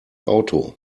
auto